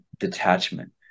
detachment